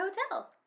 hotel